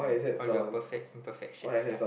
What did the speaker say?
all your perfect imperfections ya